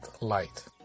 light